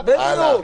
הלאה.